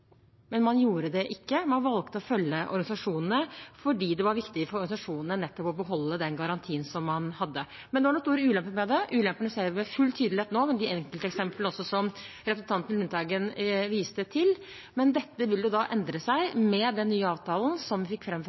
men man gjorde det ikke, man valgte å følge organisasjonene fordi det var viktig for dem nettopp å beholde den garantien som man hadde. Men det var noen store ulemper ved det. Ulempene ser vi med full tydelighet nå, også med de enkelteksemplene som representanten Lundteigen viste til. Dette vil endre seg med den nye avtalen som vi fikk